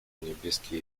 niebieskie